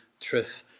truth